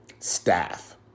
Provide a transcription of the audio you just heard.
Staff